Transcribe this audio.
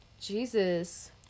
jesus